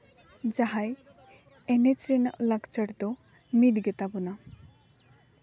ᱡᱟᱦᱟᱸᱭ ᱮᱱᱮᱡ ᱨᱮᱱᱟᱜ ᱞᱟᱠᱪᱟᱨ ᱫᱚ ᱢᱤᱫ ᱜᱮᱛᱟ ᱵᱚᱱᱟ